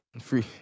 Free